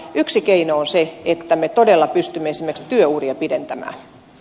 yksi keino on se että me todella pystymme esimerkiksi työuria pidentämään